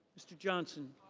mr. johnson.